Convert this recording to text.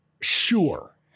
sure